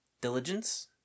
diligence